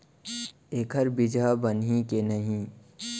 एखर बीजहा बनही के नहीं?